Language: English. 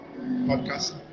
podcast